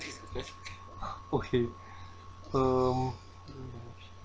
okay um